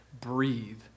breathe